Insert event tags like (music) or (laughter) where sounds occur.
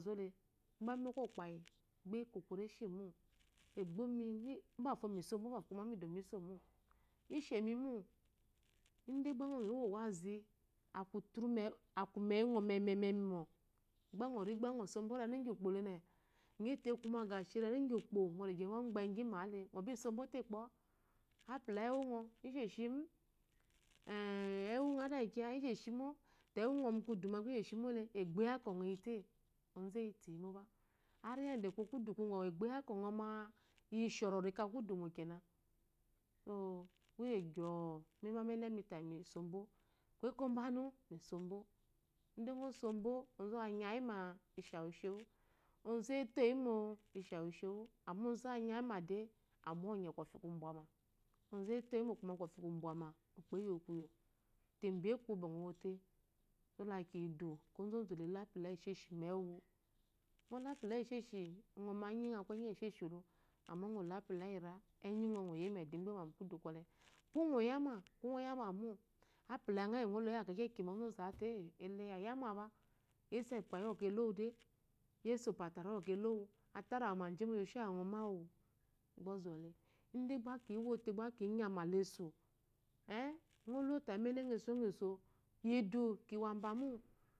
(unintelligible) mo ume okokypeyi gba ekokoreshemo egbomi bafo misombo befomidombo isomomo ishemimo idegba ngo gyiwo owzi akume wungo memeri momɔ gba ngo sombo renugyi ukpolene nyete kume geshi renu gyi ukpo ngo kpegyimale ngobi sombote kpo apul yi engu ngo isheshi mo engungo adakiyi ishehimo to engu ngo mukudu nga isheshimole to egbo yi akwo ngo iyite ozu eyituyimba ari yada te kudu ku ngowu egboyako ngo ma iyi shororo ika kudumo kena so kuye gyoo mime emebenemiteyi misombo ko ekombe anu misobo inde nga sombo, onzuwe nyema ishiawu, ishewu, ozume toyimoishiwu isheme amma oxzu wanyayima de ammonye kofi gwibwama, ozuweloyi mo kume ukpoyowukoyo kofi kubwama tebekiwobe ngo wote so la ki yidu ka ozozu lelo apula yesheshi meguwu ngolo apula yesheshi kuma enyingo aku enyi yeshishilo amma apule yira enyingo ngoyeyi mu edo ekpema mu kudu gole ko ngo yamɔ kongo yamemo apula yi ngo loyi awu kekekima ozozu. azote ngoyime yses ekpeyi bwɔkwɔ elode yese opetan wu bwɔkwɔ elowu atarewume jimshi awiu ngo mewu gbe zole ide gbe ki nyeme lesu lofayigba umenengo esongo iso yodu kiwo amba mo